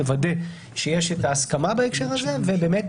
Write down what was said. לוודא שיש את ההסכמה בהקשר הזה ובאמת